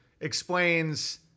explains